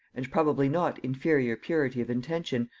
and probably not inferior purity of intention,